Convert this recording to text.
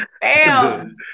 bam